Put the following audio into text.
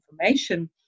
information